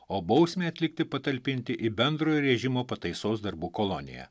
o bausmei atlikti patalpinti į bendrojo režimo pataisos darbų koloniją